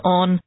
on